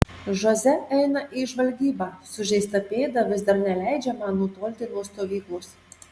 žoze eina į žvalgybą sužeista pėda vis dar neleidžia man nutolti nuo stovyklos